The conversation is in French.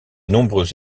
nombreux